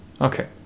Okay